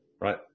Right